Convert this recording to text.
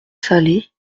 salées